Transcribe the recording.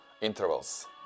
intervals